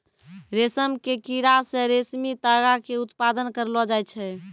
रेशम के कीड़ा से रेशमी तागा के उत्पादन करलो जाय छै